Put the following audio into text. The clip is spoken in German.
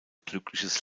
glückliches